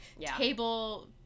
table